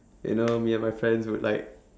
you know me and friends would like